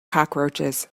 cockroaches